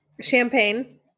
champagne